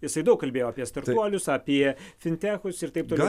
jisai daug kalbėjo apie startuolius apie fintechus ir taip toliau